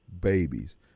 babies